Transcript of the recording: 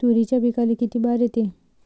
तुरीच्या पिकाले किती बार येते?